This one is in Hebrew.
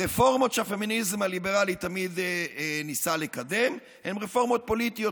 הרפורמות שהפמיניזם הליברלי תמיד ניסה לקדם הן רפורמות פוליטיות,